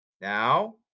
Now